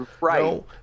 Right